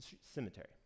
cemetery